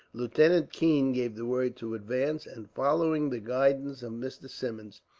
lieutenant keene gave the word to advance and, following the guidance of mr. symmonds,